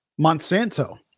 Monsanto